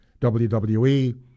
WWE